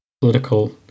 political